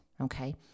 Okay